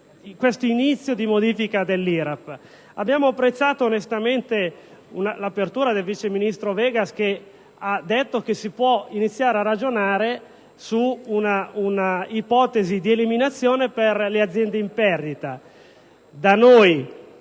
abbiamo apprezzato l'apertura del vice ministro Vegas, che ha affermato che si può iniziare a ragionare su un'ipotesi di eliminazione per le aziende in perdita.